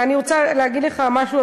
ואני רוצה להגיד לך משהו,